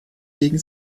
legen